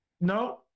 no